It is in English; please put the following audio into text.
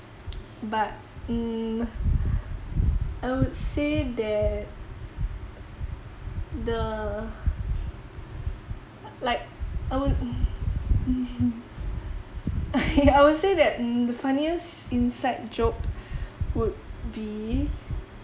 but mm I would say that the like I would I would say mm that the funniest inside joke would be